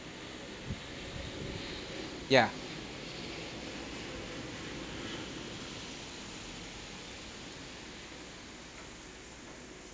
yeah